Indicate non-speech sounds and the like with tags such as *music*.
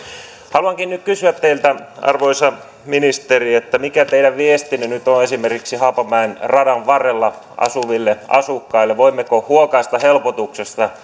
haluankin nyt kysyä teiltä arvoisa ministeri mikä teidän viestinne nyt on esimerkiksi haapamäen radan varrella asuville asukkaille voimmeko huokaista helpotuksesta *unintelligible*